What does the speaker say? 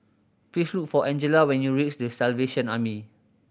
please look for Angella when you reach The Salvation Army